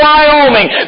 Wyoming